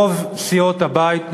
רוב סיעות הבית,